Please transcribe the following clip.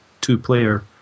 two-player